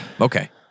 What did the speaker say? Okay